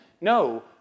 no